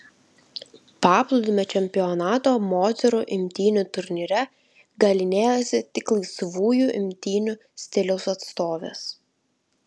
paplūdimio čempionato moterų imtynių turnyre galynėjosi tik laisvųjų imtynių stiliaus atstovės